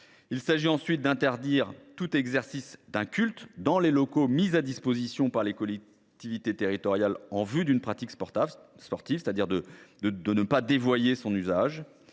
prévoit l’interdiction de tout exercice d’un culte dans les locaux mis à disposition par les collectivités territoriales en vue d’une pratique sportive, afin de ne pas dévoyer leur usage.